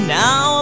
now